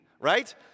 right